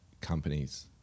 companies